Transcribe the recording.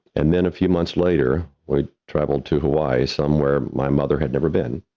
and then a few months later, we traveled to hawaii, somewhere my mother had never been,